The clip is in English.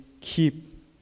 keep